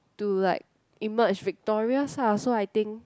to like emerge victorious ah so I think